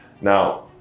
Now